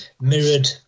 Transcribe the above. mirrored